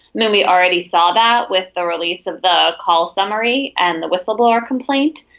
and and we already saw that with the release of the call summary and the whistleblower complaint.